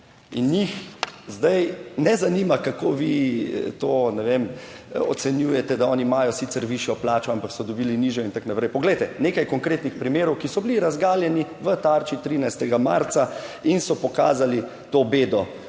in njih zdaj ne zanima, kako vi to, ne vem, ocenjujete, da oni imajo sicer višjo plačo, ampak so dobili nižjo in tako naprej. Poglejte, nekaj konkretnih primerov, ki so bili razgaljeni v Tarči 13. marca in so pokazali to bedo